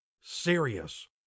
serious